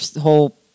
whole